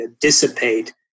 dissipate